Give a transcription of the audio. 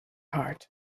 heart